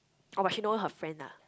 oh but she know her friend lah